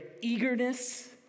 eagerness